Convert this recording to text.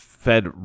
Fed